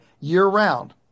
year-round